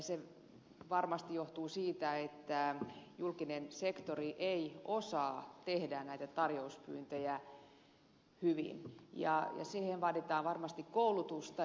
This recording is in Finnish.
se varmasti johtuu siitä että julkinen sektori ei osaa tehdä näitä tarjouspyyntöjä hyvin siihen vaaditaan varmasti koulutusta